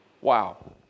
Wow